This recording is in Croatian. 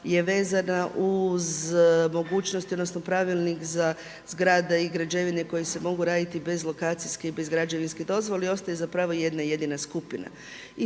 je vezana uz mogućnosti, odnosno pravilnik za zgrade i građevine koje se mogu raditi bez lokacijske i bez građevinske dozvole i ostaje zapravo jedna jedina skupina.